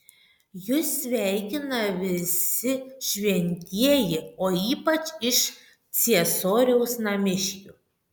jus sveikina visi šventieji o ypač iš ciesoriaus namiškių